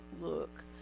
look